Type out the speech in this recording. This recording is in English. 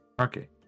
Okay